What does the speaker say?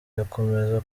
yakomeza